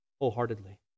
wholeheartedly